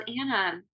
Anna